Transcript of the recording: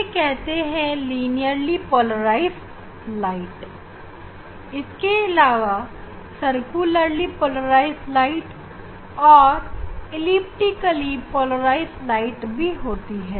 इसे कहते linearly polarize प्रकाश हैं इसके अलावा सर्कुलरली पोलराइज प्रकाश और एलिप्टिकल पोलराइज प्रकाश भी होती है